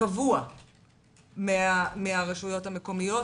קבוע מהרשויות המקומיות